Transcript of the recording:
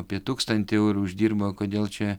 apie tūkstantį eurų uždirba kodėl čia